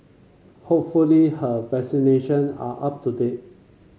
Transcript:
hopefully her vaccination are up to date